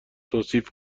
توصیف